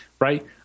right